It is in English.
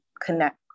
connect